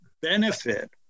benefit